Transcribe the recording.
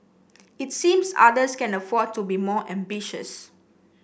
it seems others can afford to be more ambitious